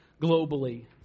globally